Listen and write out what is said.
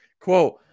Quote